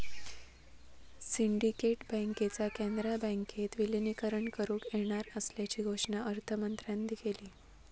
syndicate बँकेचा कॅनरा बँकेत विलीनीकरण करुक येणार असल्याची घोषणा अर्थमंत्र्यांन केली